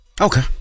Okay